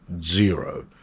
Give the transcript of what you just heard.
Zero